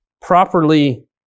properly